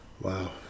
Wow